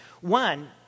One